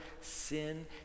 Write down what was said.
sin